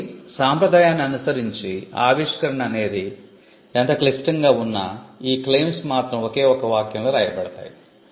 కాబట్టి సాంప్రదాయాన్ని అనుసరించి ఆవిష్కరణ అనేది ఎంత క్లిష్టంగా ఉన్నా ఈ క్లెయిమ్స్ మాత్రం ఒకే ఒక వాక్యంలో వ్రాయబడతాయి